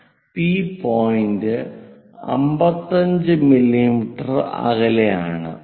P point 55 millimetre അകലെ ആണ്